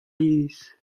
yezh